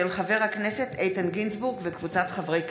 של חבר הכנסת איתן גינזבורג וקבוצת חברי הכנסת.